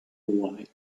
why